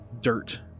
dirt